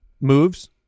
moves